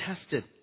tested